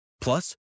Plus